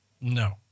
no